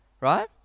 right